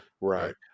Right